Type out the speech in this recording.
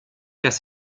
dass